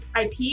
ip